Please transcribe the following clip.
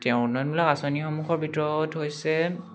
তেওঁ উন্নয়নবিলাক আঁচনিসমূহৰ ভিতৰত হৈছে